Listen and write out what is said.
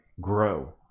grow